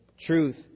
truth